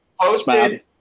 Posted